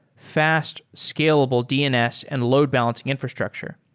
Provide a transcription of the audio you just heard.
fast, scalable dns and load balancing infrastructure.